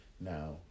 now